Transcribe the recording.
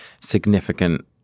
significant